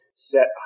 set